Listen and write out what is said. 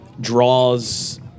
draws